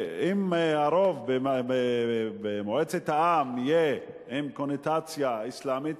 אם הרוב במועצת העם יהיה עם קונוטציה אסלאמית,